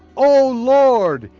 oh lord,